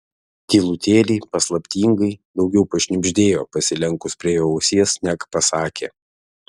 tylutėliai paslaptingai daugiau pašnibždėjo pasilenkus prie jo ausies neg pasakė